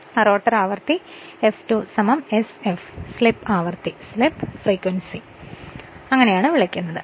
rotor ആവൃത്തി F2 sf slip ആവൃത്തി എന്ന് വിളിക്കുന്നു